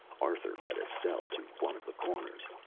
arthur led estelle to one of the corners.